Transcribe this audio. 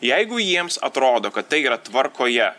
jeigu jiems atrodo kad tai yra tvarkoje